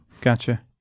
Gotcha